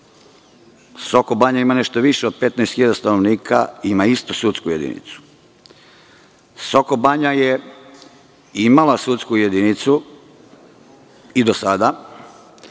Sokobanja ima nešto više od 15 hiljada stanovnika, ima isto sudsku jedinicu. Sokobanja je imala sudsku jedinicu i do sada,